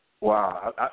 Wow